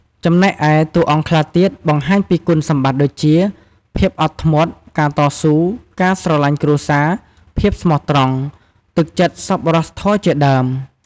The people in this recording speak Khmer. ចំណែកឯតួអង្គខ្លះទៀតបង្ហាញពីគុណសម្បត្តិដូចជា ភាពអត់ធ្មត់ ការតស៊ូ ការស្រឡាញ់គ្រួសារ ភាពស្មោះត្រង់ ទឹកចិត្តសប្បុរសធម៌ជាដើម ។